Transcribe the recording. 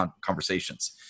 conversations